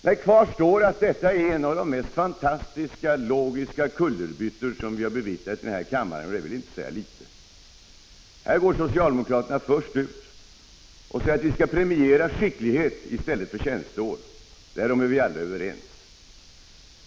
Men kvar står att detta är en av de mest fantastiska logiska kullerbyttor som vi har bevittnat i den här kammaren, och det vill inte säga litet. Här går socialdemokraterna först ut och säger att man skall premiera skicklighet i stället för tjänsteår, och därom är vi alla överens.